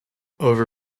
over